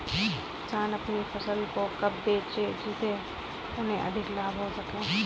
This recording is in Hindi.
किसान अपनी फसल को कब बेचे जिसे उन्हें अधिक लाभ हो सके?